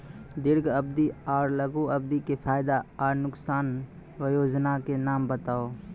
दीर्घ अवधि आर लघु अवधि के फायदा आर नुकसान? वयोजना के नाम बताऊ?